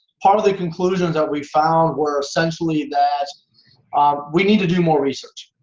part of the conclusion that we found were essentially that we need to do more research.